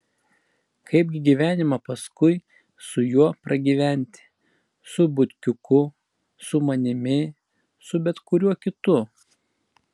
kaipgi gyvenimą paskui su juo pragyventi su butkiuku su manimi su bet kuriuo kitu